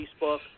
Facebook